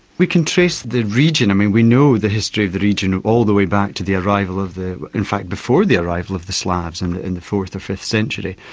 we can trace the region, i mean we know the history of the region all the way back to the arrival of the in fact before the arrival of the slavs and in the fourth or fifth century.